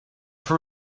for